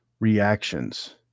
Reactions